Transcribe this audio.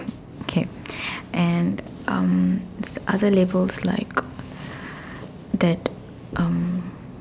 okay and um other labels like that um